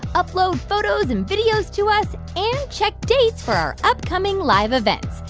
upload photos and videos to us and check dates for our upcoming live events.